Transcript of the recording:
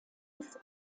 bis